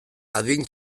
adin